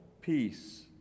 peace